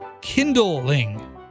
Kindling